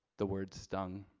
the word stung.